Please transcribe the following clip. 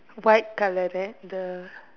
white colour right the